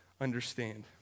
understand